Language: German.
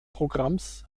programms